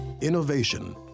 innovation